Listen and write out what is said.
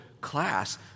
class